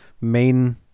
main